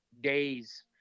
days